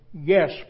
yes